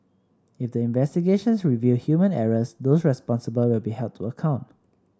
if the investigations reveal human errors those responsible will be held to account